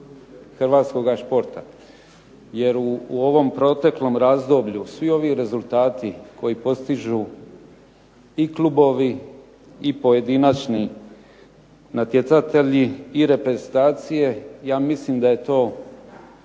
hrvatskoga športa, jer u ovom proteklom razdoblju svi ovi rezultati koji postižu i klubovi i pojedinačni natjecatelji i reprezentacije ja mislim da je to